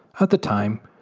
at the time,